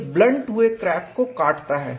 यह ब्लंट हुए क्रैक को काटता है